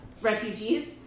refugees